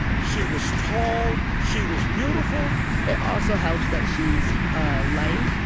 she was tall. she was beautiful it also helps that she's ah light,